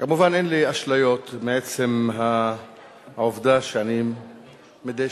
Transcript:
כמובן אין לי אשליות מעצם העובדה שאני מדי